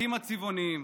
השווקים הצבעוניים,